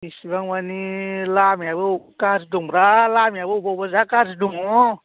बेसेबां माने लामायाबो गाज्रि दंब्रा लामायाबो बबेबा बबेयावबा जा गाज्रि दङ